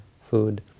food